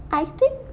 I think